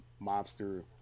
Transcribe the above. mobster